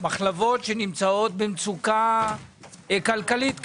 ישנן מחלבות שנמצאות במצוקה כלכלית קשה.